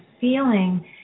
feeling